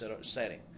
setting